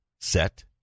set